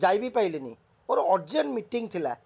ଯାଇବି ପାଇଲିନି ମୋର urgent meeting ଥିଲା